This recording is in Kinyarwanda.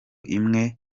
imwe